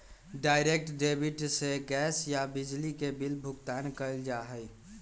direct debit से gas या बिजली के बिल भुगतान कइल जा हई